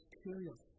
curious